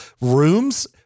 rooms